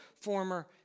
former